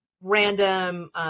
random